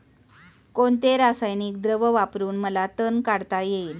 कोणते रासायनिक द्रव वापरून मला तण काढता येईल?